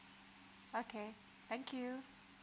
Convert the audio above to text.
okay thank you